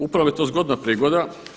Upravo je to zgodna prigoda.